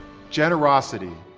generosity,